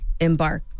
embark